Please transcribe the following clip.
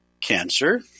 cancer